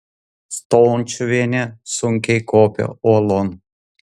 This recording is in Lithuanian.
stončiuvienė sunkiai kopė uolon